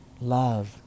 love